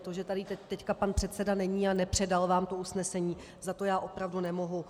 To, že tady teď pan předseda není a nepředal vám to usnesení, za to já opravdu nemohu.